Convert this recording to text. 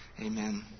Amen